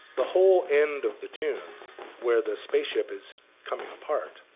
the whole end of the tune where the spaceship is coming apart,